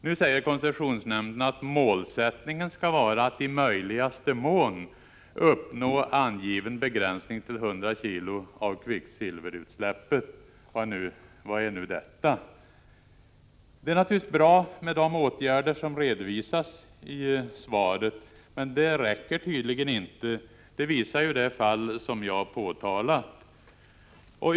Nu säger koncessionsnämnden att ”målsättningen skall vara att i möjligaste mån uppnå angiven begränsning till 100 kg av kvicksilverutsläppet ——-”. Vad är nu detta? Det är naturligtvis bra med de åtgärder som redovisas i svaret. Men det räcker tydligen inte. Det visar det fall som jag påpekat.